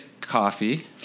coffee